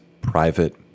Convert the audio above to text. private